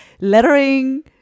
lettering